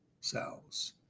cells